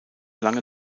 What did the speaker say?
lange